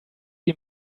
die